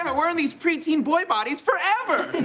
um we are in these preteen boy bodies forever.